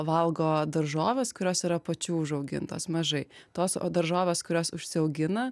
valgo daržoves kurios yra pačių užaugintos mažai tos o daržoves kurios užsiaugina